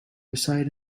reside